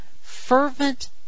fervent